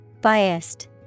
Biased